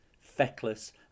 feckless